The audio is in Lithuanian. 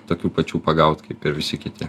tokių pačių pagaut kaip ir visi kiti